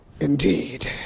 indeed